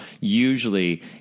usually